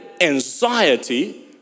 anxiety